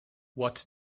what